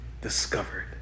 discovered